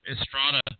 Estrada